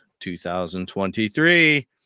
2023